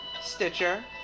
Stitcher